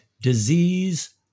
disease